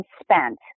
spent